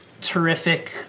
terrific